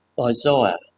Isaiah